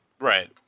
right